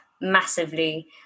massively